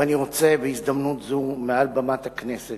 ואני רוצה בהזדמנות זו, מעל במת הכנסת,